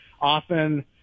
often